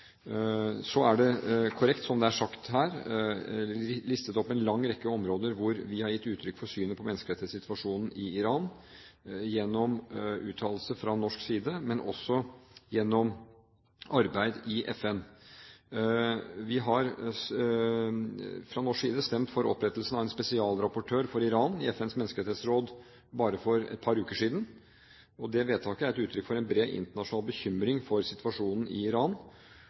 Så er det korrekt som er sagt her: Det er listet opp en lang rekke områder hvor vi har gitt uttrykk for synet på menneskerettighetssituasjonen i Iran gjennom uttalelser fra norsk side, men også gjennom arbeid i FN. Vi har fra norsk side stemt for opprettelsen av en spesialrapportør for Iran i FNs menneskerettighetsråd bare for et par uker siden. Det vedtaket er et utrykk for en bred internasjonal bekymring for situasjonen i Iran.